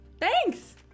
Thanks